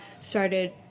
started